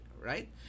right